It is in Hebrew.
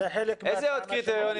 איזה עוד קריטריונים